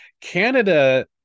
canada